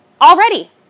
already